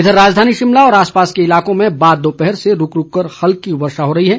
इधर राजधानी शिमला व आसपास के इलाकों में बाद दोपहर से रूक रूक कर हल्की वर्षा हो रही है